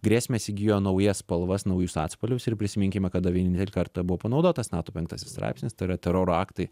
grėsmės įgijo naujas spalvas naujus atspalvius ir prisiminkime kada vienintelį kartą buvo panaudotas nato penktasis straipsnis tai yra teroro aktai